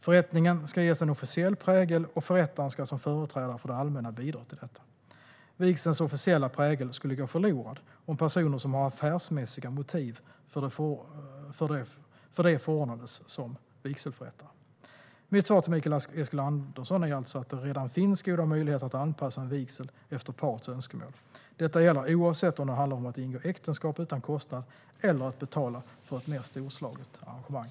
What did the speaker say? Förrättningen ska ges en officiell prägel, och förrättaren ska som företrädare för det allmänna bidra till detta. Vigselns officiella prägel skulle gå förlorad om personer som har affärsmässiga motiv för det förordnades som vigselförrättare. Mitt svar till Mikael Eskilandersson är alltså att det redan finns goda möjligheter att anpassa en vigsel efter parets önskemål. Detta gäller oavsett om det handlar om att kunna ingå äktenskap utan kostnad eller att betala för ett mer storslaget arrangemang.